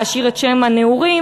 להשאיר את שם הנעורים,